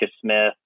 Smith